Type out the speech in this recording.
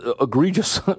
egregious